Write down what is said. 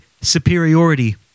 superiority